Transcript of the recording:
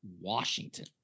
Washington